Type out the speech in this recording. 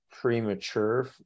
premature